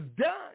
done